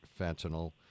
fentanyl